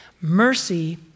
mercy